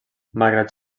malgrat